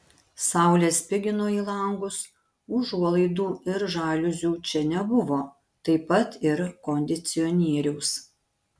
saulė spigino į langus užuolaidų ir žaliuzių čia nebuvo taip pat ir kondicionieriaus